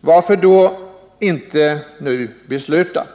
Varför då inte nu besluta?